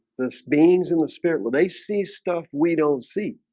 this beings in the spirit. well, they see stuff. we don't see